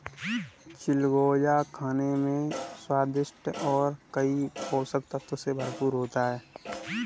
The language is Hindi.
चिलगोजा खाने में स्वादिष्ट और कई पोषक तत्व से भरपूर होता है